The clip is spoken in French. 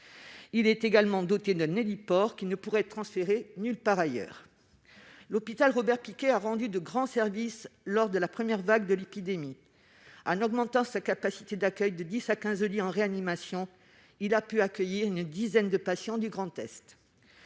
Il est en outre doté d'un héliport, qui ne pourrait être transféré nulle part ailleurs. L'hôpital Robert-Picqué a rendu de grands services lors de la première vague de l'épidémie. En augmentant sa capacité d'accueil de 10 à 15 lits en réanimation, il a pu accueillir une dizaine de patients du Grand Est.